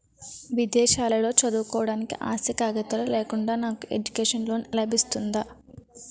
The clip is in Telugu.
విదేశాలలో చదువుకోవడానికి ఆస్తి కాగితాలు లేకుండా నాకు ఎడ్యుకేషన్ లోన్ లబిస్తుందా?